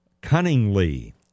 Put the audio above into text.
cunningly